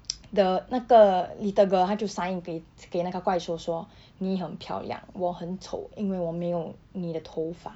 the 那个 little girl 她就 sign 给给那个怪兽说你很漂亮我很丑因为我没有你的头发